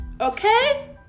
Okay